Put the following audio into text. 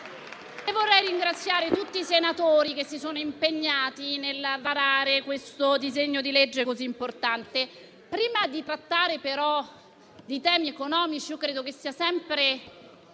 vorrei ringraziare tutti i senatori che si sono impegnati nel varare questo disegno di legge così importante. Prima di trattare però di temi economici, credo che sia sempre